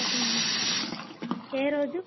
thirty one ఏ రోజు